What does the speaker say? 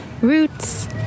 Roots